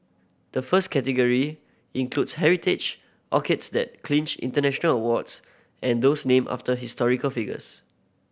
the first category includes heritage orchids that clinched international awards and those named after historical figures